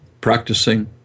practicing